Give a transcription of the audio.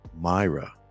myra